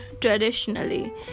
traditionally